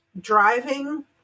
driving